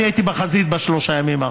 אני הייתי בחזית בשלושה הימים האחרונים.